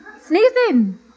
sneezing